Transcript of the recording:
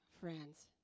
friends